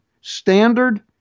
Standard